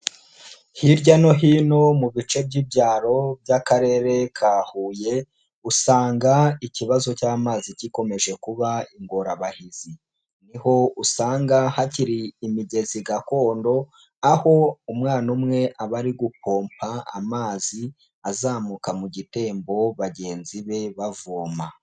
Hirya no hino mu bice by'ibyaro by'Akarere ka Huye, usanga ikibazo cy'amazi gikomeje kuba ingorabahizi, niho usanga hakiri imigezi gakondo aho umwana umwe aba ari gupompa amazi azamuka mu gitembo bagenzi be bavoma.